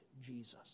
Jesus